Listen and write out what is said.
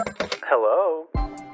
Hello